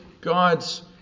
God's